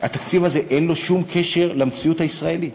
התקציב הזה אין לו שום קשר למציאות הישראלית.